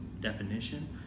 definition